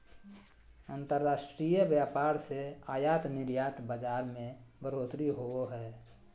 अंतर्राष्ट्रीय व्यापार से आयात निर्यात बाजार मे बढ़ोतरी होवो हय